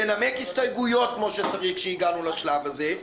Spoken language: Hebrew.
לנמק הסתייגויות כמו שצריך כשהגענו לשלב הזה.